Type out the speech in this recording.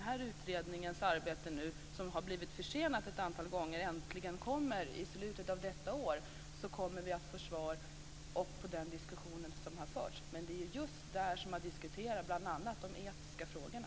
När utredningens arbete, som nu har blivit försenat ett antal gånger, äntligen kommer i slutet av detta år kommer vi att få svar på den diskussion som har förts. Men det är just där som man diskuterar bl.a. de etiska frågorna.